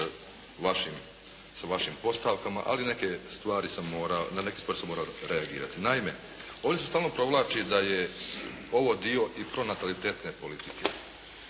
stvari sam morao, na neke stvari sam morao reagirati. Naime, ovdje se stalno provlači da je ovo dio i pronatalitetne politike.